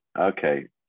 Okay